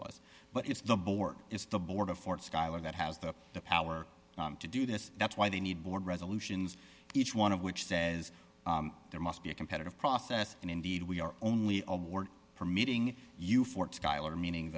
was but it's the board it's the board of fort schuyler that has the power to do this that's why they need board resolutions each one of which says there must be a competitive process and indeed we are only award for meeting you for tyler meaning